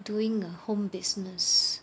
doing a home business